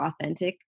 authentic